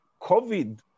COVID